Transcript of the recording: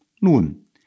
Nun